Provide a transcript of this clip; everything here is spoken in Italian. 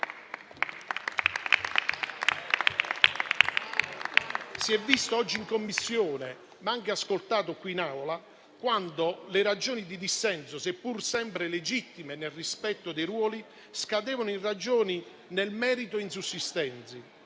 si è visto oggi in Commissione ma anche qui in Aula, quando le ragioni di dissenso, seppur sempre legittime nel rispetto dei ruoli, scadevano in ragioni nel merito insussistenti: